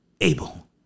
Abel